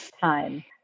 time